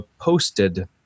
posted